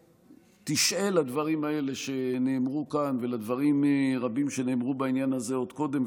תשעה לדברים האלה שנאמרו כאן ולדברים רבים שנאמרו בעניין הזה עוד קודם,